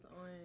on